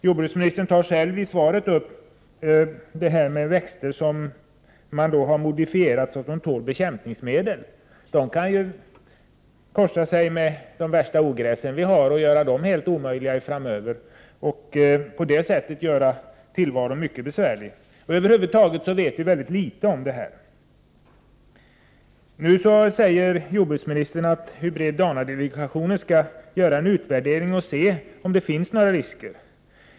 Jordbruksministern tar själv i svaret upp frågan om växter som man har modifierat så att de tål bekämpningsmedel. Sådana växter kan kanske korsa sig med de värsta ogräsen vi har och göra dem oemottagliga framöver. På så sätt kan tillvaron bli mycket besvärlig. Över huvud taget vet vi mycket litet om det här. Jordbruksministern sade att hybrid-DNA-delegationen skall göra en utvärdering för att se om det finns några risker.